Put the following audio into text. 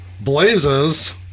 Blaze's